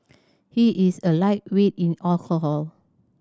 he is a lightweight in alcohol